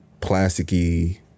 plasticky